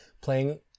Playing